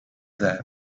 that